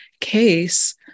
case